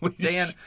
Dan